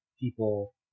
people